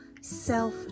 self